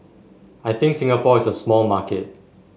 I think Singapore is a small market